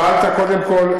שאלת קודם כול,